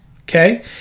okay